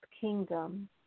kingdom